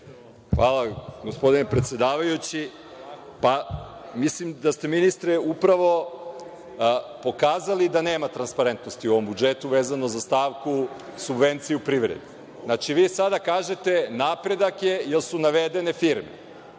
Hvala, gospodine predsedavajući. Mislim da ste, ministre, upravo pokazali da nema transparentnosti u ovom budžetu vezano za stavku subvencije u privredi. Znači, vi sada kažete – napredak je jer su navedene firme